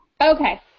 Okay